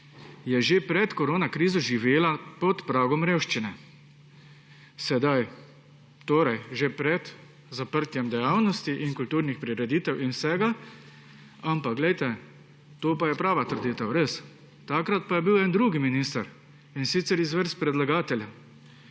že pred koronakrizo živela pod pragom revščine, torej že pred zaprtjem dejavnosti in kulturnih prireditev in vsega. To pa je prava trditev, res. Takrat pa je bil en drug minister, in sicer iz vrst predlagatelja